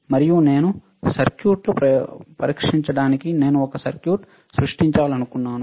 మరియు నేను సర్క్యూట్ పరీక్షించడానికి ఒక సర్క్యూట్ సృష్టించాలనుకుంటున్నాను